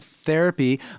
therapy